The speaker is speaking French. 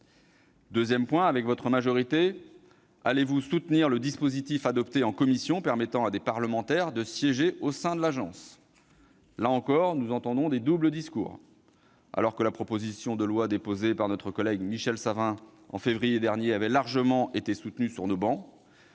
oeuvre. Ensuite, avec votre majorité, allez-vous soutenir le dispositif adopté en commission pour permettre à des parlementaires de siéger au sein de l'agence ? Là aussi, nous entendons un double discours : alors que la proposition de loi déposée par notre collègue Michel Savin en février dernier a été largement soutenue sur nos travées,